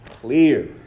Clear